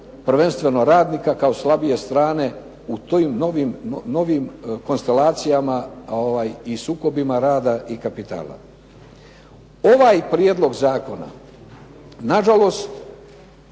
prvenstveno radnika kao slabije strane u tim novim konstelacijama i sukobima rada i kapitala. Ovaj prijedlog zakona nažalost